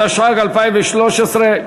התשע"ג 2013,